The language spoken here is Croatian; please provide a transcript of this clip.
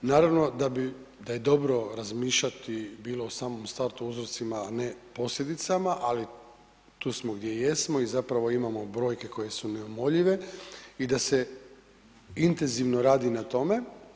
Naravno da bi, da je dobro razmišljati bilo u samom startu o uzrocima, a ne posljedicama, ali tu smo gdje jesmo i zapravo imamo brojke koje su neumoljive i da se intenzivno radi na tome.